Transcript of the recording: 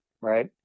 right